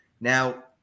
Now